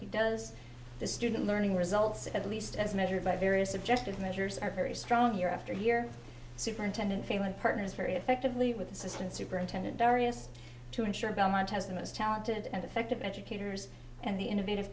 he does the student learning results at least as measured by various suggested measures are very strong year after year superintendent failing partners very effectively with assistant superintendent darrius to ensure belmont has the most talented and effective educators and the innovative